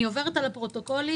אני עוברת על הפרוטוקולים,